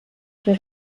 für